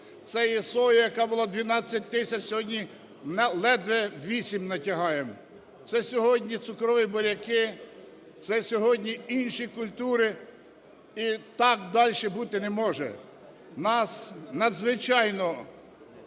це є соя, яка була 12 тисяч, сьогодні ледве 8 натягуємо, це сьогодні цукрові буряки, це сьогодні інші культури. І так далі бути не може. Нас надзвичайно